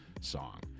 song